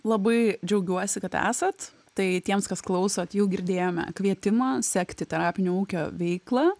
labai džiaugiuosi kad esat tai tiems kas klausot jau girdėjome kvietimą sekti terapinio ūkio veiklą